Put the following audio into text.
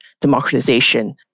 democratization